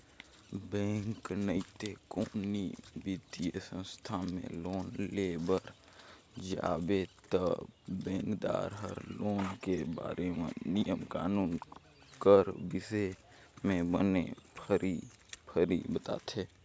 bank नइते कोनो बित्तीय संस्था में लोन लेय बर जाबे ता बेंकदार हर लोन के बारे म नियम कानून कर बिसे में बने फरी फरी बताथे